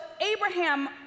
Abraham